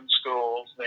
schools